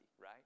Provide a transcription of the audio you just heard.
right